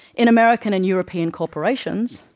in american and european corporations,